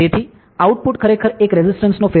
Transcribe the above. તેથી આઉટપુટ ખરેખર એક રેસિસ્ટન્સનો ફેરફાર છે